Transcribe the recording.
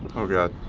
oh god.